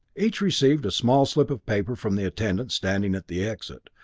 each received a small slip of paper from the attendant standing at the exit,